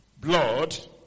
blood